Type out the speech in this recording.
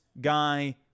guy